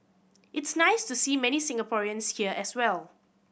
it's nice to see many Singaporeans here as well